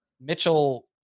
Mitchell